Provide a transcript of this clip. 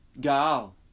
gal